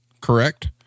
correct